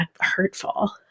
hurtful